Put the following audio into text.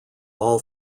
all